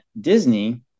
Disney